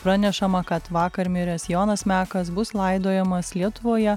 pranešama kad vakar miręs jonas mekas bus laidojamas lietuvoje